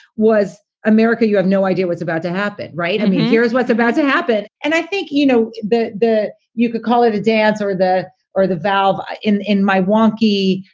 was america. you have no idea what's about to happen, right? i mean, here's what's about to happen. and i think, you know, that you could call it a dance or the or the valve in in my warnke,